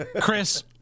Chris